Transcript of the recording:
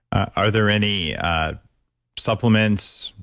are there any supplements,